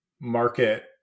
market